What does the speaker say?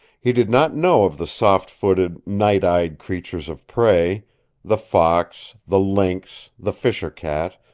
he did not know of the soft-footed, night-eyed creatures of prey the fox, the lynx, the fisher-cat,